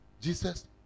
Jesus